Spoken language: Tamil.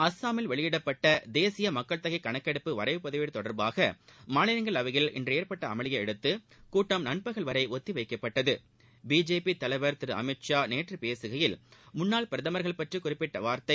அஸ்ஸாமில் வெளியிடப்பட்ட தேசிய மக்கள் தொகை கணக்கெடுப்பு வரைவு பதிவேடு தொடா்பாக மாநிலங்களவையில் இன்று ஏற்பட்ட அமளியை அடுத்து கூட்டம் நண்பகல் வரை ஒத்திவைக்கப்பட்டது பிஜேபி தலைவர் திரு அமித்ஷா நேற்று பேசுகையில் முன்னாள் பிரதமர்கள் பற்றி குறிப்பிட்ட வார்த்தை